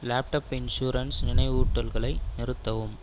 laptop insurance நினைவூட்டல்களை நிறுத்தவும்